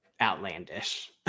outlandish